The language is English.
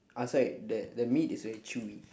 outside the the meat is very chewy